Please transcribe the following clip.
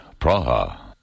Praha